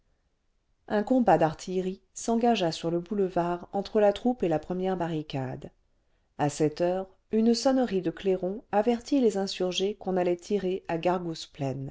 un combat d'artillerie s'engagea sur le boulevard entre la troupe et la première barricade a sept heures une sonnerie cle clairons avertit les insurgés qu'on allait tirer à